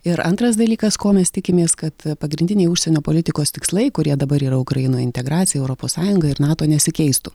ir antras dalykas ko mes tikimės kad pagrindiniai užsienio politikos tikslai kurie dabar yra ukrainoj integracija europos sąjunga ir nato nesikeistų